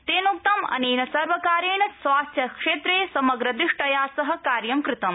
तेनोक्तम् अनेन सर्वकारेण स्वास्थ्य क्षेत्रे समग्रदृष्ट्या सह कार्यं कृतम्